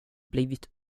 blivit